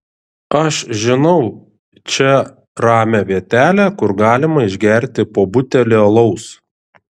aš žinau čia ramią vietelę kur galima išgerti po butelį alaus